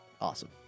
Awesome